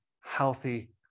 healthy